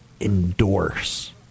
endorse